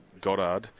Goddard